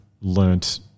learnt